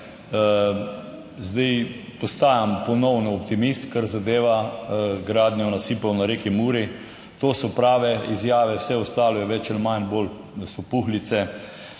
zdaj, postajam ponovno optimist, kar zadeva gradnjo nasipov na reki Muri. To so prave izjave, vse ostalo je več ali manj, bolj so puhlice.